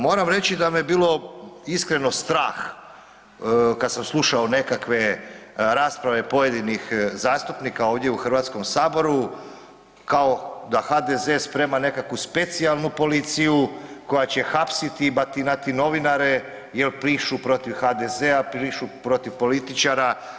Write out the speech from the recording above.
Moram reći da me bilo iskreno strah, kad sam slušao nekakve rasprave pojedinih zastupnika ovdje u HS-u kao da HDZ sprema nekakvu specijalnu policiju koja će hapsiti i batinati novinare jer pišu protiv HDZ-a, pišu protiv političara.